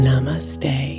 Namaste